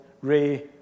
Ray